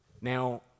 Now